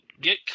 get